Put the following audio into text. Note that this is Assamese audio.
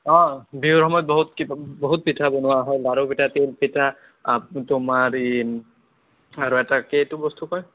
অঁ বিহুৰ সময়ত বহুত কিবা বহুত পিঠা বনোৱা হয় লাড়ু পিঠা তিল পিঠা তোমাৰ এই আৰু এটা কি এইটো বস্তু কয়